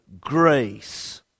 grace